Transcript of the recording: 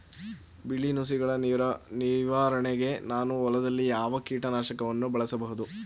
ಬಿಳಿ ನುಸಿಗಳ ನಿವಾರಣೆಗೆ ನಾನು ಹೊಲದಲ್ಲಿ ಯಾವ ಕೀಟ ನಾಶಕವನ್ನು ಬಳಸಬಹುದು?